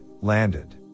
landed